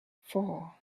four